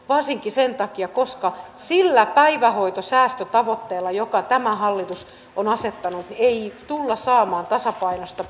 varsinkin sen takia että sillä päivähoitosäästötavoitteella jonka tämä hallitus on asettanut ei tulla saamaan tasapainoista